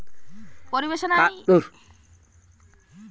কালাড়া ব্যাংক ভারতেল্লে ছবচাঁয়ে বড় পাবলিক সেকটার ব্যাংক গুলানের ম্যধে ইকট